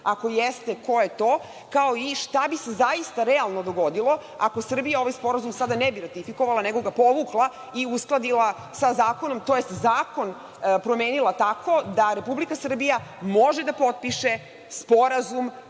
Ako jeste, ko je to? Kao i – šta bi se zaista realno dogodilo ako Srbija ovaj sporazum sada ne biratifikovala, nego ga povukla i uskladila, tj. zakon promenila tako da Republika Srbija može da potpiše Sporazum